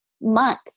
month